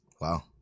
Wow